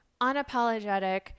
unapologetic